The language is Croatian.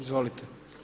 Izvolite.